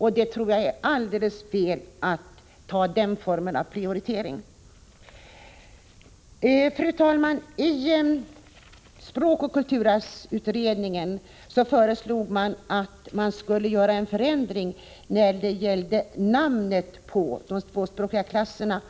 Jag tror att det är helt fel att göra den form av prioritering som moderaterna här gör. Fru talman! I språkoch kulturarvsutredningen föreslogs en förändring av namnet på hemspråksklasserna.